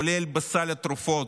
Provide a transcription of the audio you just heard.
כולל בסל התרופות,